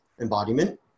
embodiment